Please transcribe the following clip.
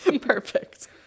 Perfect